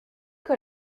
que